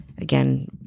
Again